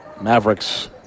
Mavericks